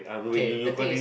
kay the thing is